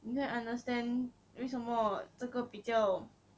你可以 understand 为什么这个比较